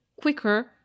quicker